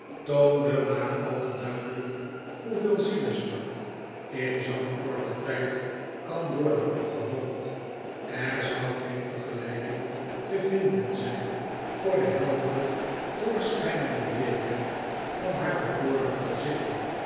toonde maar al te duidelijk hoeveel zielesmart in zoo'n korten tijd kan worden opgehoopt er zou geen vergelijking te vinden zijn voor de heldere doorschijnende bleekheid van haar bekoorlijke gezichtje